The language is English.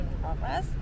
progress